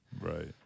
Right